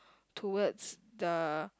towards the